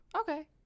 Okay